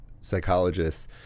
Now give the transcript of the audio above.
psychologists